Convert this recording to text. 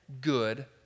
good